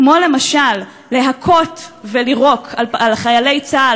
כמו למשל להכות ולירוק על חיילי צה"ל